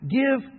give